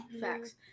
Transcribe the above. Facts